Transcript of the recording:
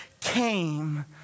came